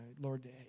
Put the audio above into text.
Lord